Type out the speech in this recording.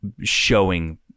showing